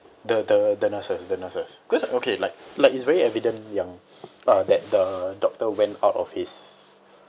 the the the nurses the nurses cause okay like like it's very evident yang uh that the doctor went out of his